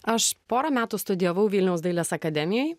aš porą metų studijavau vilniaus dailės akademijoj